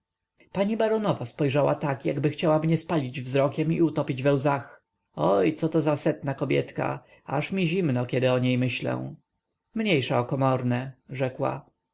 pani baronowa spojrzała tak jakby chciała mnie spalić wzrokiem i utopić we łzach oj coto za setna kobietka aż mi zimno kiedy o niej pomyślę mniejsza o komorne rzekła